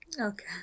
Okay